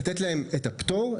לתת להם את הפטור,